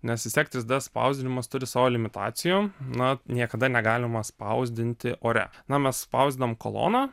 nes vis tiek trys d spausdinimas turi savo limitacijų na niekada negalima spausdinti ore na mes spausdinam koloną